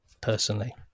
personally